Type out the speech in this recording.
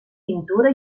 pintura